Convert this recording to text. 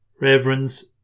Reverends